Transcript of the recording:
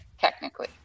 technically